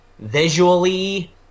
visually